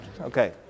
okay